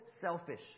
selfish